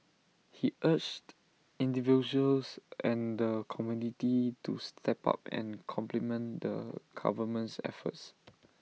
he urged individuals and the community to step up and complement the government's efforts